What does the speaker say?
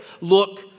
Look